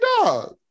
dog